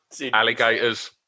Alligators